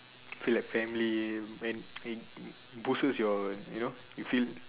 feel like family when and it boosts your you know you feel